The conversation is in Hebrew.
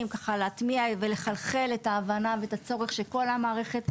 מאקלימים שונים ומאזורים שונים.